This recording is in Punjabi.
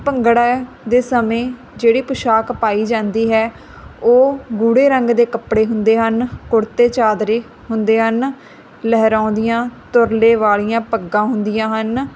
ਭੰਗੜਾ ਦੇ ਸਮੇਂ ਜਿਹੜੀ ਪੋਸ਼ਾਕ ਪਾਈ ਜਾਂਦੀ ਹੈ ਉਹ ਗੂੜੇ ਰੰਗ ਦੇ ਕੱਪੜੇ ਹੁੰਦੇ ਹਨ ਕੁੜਤੇ ਚਾਦਰੇ ਹੁੰਦੇ ਹਨ ਲਹਿਰਾਉਂਦੀਆਂ ਤੁਰਲੇ ਵਾਲੀਆਂ ਪੱਗਾਂ ਹੁੰਦੀਆਂ ਹਨ